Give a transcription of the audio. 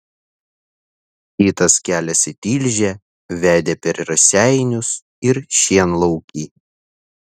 kitas kelias į tilžę vedė per raseinius ir šienlaukį